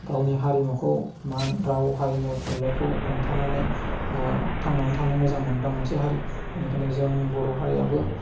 गावनि हारिमुखौ मान राव हारिमु थुनलाइखौ हमथानानै थांनानै थानो मोजां मोनग्रा मोनसे हारि बेनिखायनो जों बर' हारियाबो